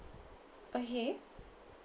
okay